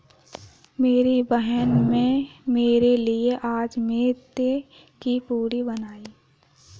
मेरी बहन में मेरे लिए आज मैदे की पूरी बनाई है